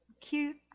cute